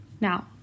Now